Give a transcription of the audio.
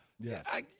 yes